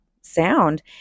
sound